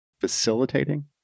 facilitating